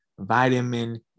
vitamin